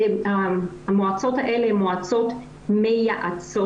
המועצות האלה הן מועצות מייעצות,